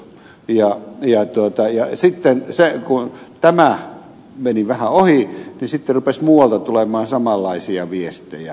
ja sitten kun tämä meni vähän ohi rupesi muualta tulemaan samanlaisia viestejä